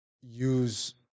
use